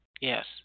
Yes